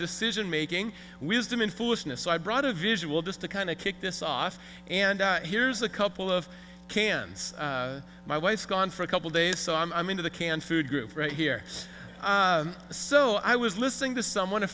decision making wisdom in foolishness so i brought a visual just to kind of kick this off and here's a couple of cans my wife's gone for a couple days so i'm into the canned food group right here so i was listening to someone a